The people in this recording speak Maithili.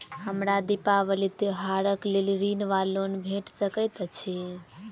हमरा दिपावली त्योहारक लेल ऋण वा लोन भेट सकैत अछि?